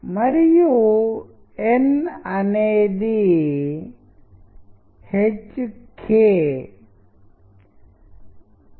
మరియు ఇక్కడ ఇది కొద్దిగా భిన్నమైన రీతిలో కేంద్రీకరించబడింది